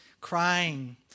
crying